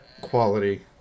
quality